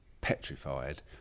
petrified